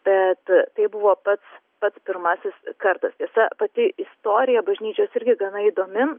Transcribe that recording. bet tai buvo pats pats pirmasis kartas tiesa pati istorija bažnyčios irgi gana įdomi